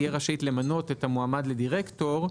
תהיה רשאית למנות את המועמד לדירקטור,